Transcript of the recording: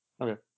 Okay